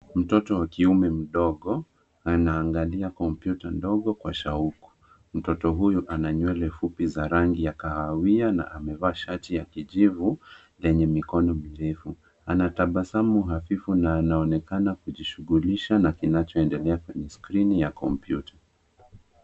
Mtoto wa kiume mdogo anaangalia kompyuta ndogo kwa shauvu. Mtoto huyu ana nywele fupi za rangi ya kahawia na amevaa shati ya kijivu yenye mikono mirefu. Anatabasamu hadhifu na anaonekana kujishugulisha na kinachoendelea kwenye skirini ya kompyuta.